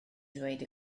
ddweud